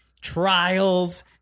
trials